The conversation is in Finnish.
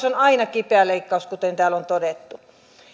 on aina kipeä leikkaus kuten täällä on todettu